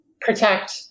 protect